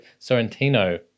sorrentino